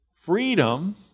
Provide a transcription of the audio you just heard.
Freedom